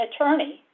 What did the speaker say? attorney